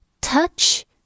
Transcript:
touch